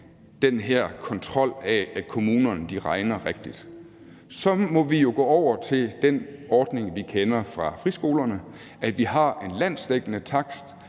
den her kontrol med, at kommunerne regner rigtigt, så må vi jo gå over til den ordning, vi kender fra friskolerne, nemlig at vi har en landsdækkende takst